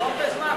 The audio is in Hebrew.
תתחם בזמן,